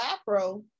afro